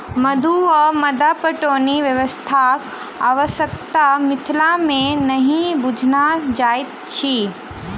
मद्दु वा मद्दा पटौनी व्यवस्थाक आवश्यता मिथिला मे नहि बुझना जाइत अछि